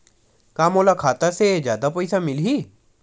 का मोला खाता से जादा पईसा मिलही?